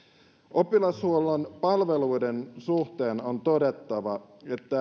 oppilashuollon palveluiden suhteen on todettava että